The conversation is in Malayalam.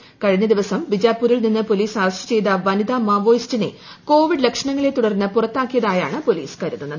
ക്ക്ഴിഞ്ഞ ദിവസം ബീജാപ്പൂരിൽ നിന്ന് പോലീസ് അറസ്റ്റ് ചെയ്ത വനിതാ മാവോയിസ്റ്റിനെ കോവിഡ് ലക്ഷണങ്ങളെ തുടർന്ന് പുറത്താക്കിയതായാണ് പോലീസ് കരുതുന്നത്